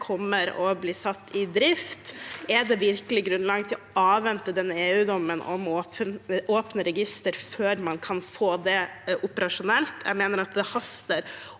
kommer og blir satt i drift? Er det virkelig grunnlag for å avvente den EU-dommen om åpne register før man kan få det operasjonelt? Jeg mener det haster,